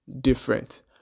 different